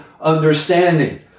understanding